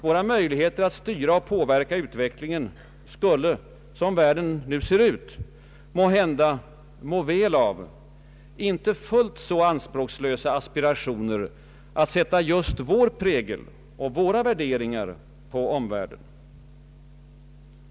Våra möjligheter att styra och påverka utvecklingen skulle — som världen nu ser ut — måhända må väl av inte fullt så anspråksfulla aspirationer att sätta vår prägel och våra värderingar på omvärlden.